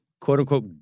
quote-unquote